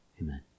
Amen